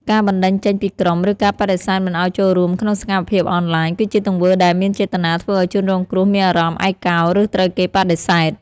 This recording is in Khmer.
ការបណ្តេញចេញពីក្រុម ឬការបដិសេធមិនឲ្យចូលរួមក្នុងសកម្មភាពអនឡាញ គឺជាទង្វើដែលមានចេតនាធ្វើឲ្យជនរងគ្រោះមានអារម្មណ៍ ឯកោ ឬត្រូវគេបដិសេធ។